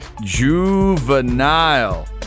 Juvenile